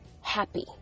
happy